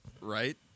Right